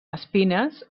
espines